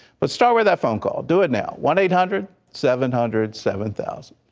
but start with that phone call, do it now, one eight hundred seven hundred seven thousand.